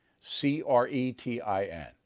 C-R-E-T-I-N